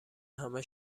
همه